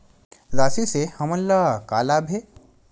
राशि से हमन ला का लाभ हे?